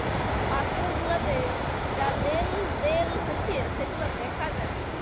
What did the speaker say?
pass বই গুলাতে যা লেলদেল হচ্যে সেগুলা দ্যাখা যায়